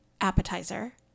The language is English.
appetizer